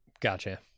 Gotcha